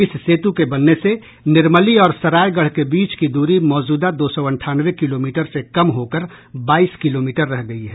इस सेतु के बनने से निर्मली और सरायगढ़ के बीच की दूरी मौजूदा दो सौ अंठानवे किलोमीटर से कम हो कर बाईस किलोमीटर रह गई है